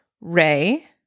Ray